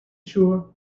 sure